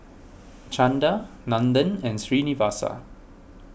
Chanda Nandan and Srinivasa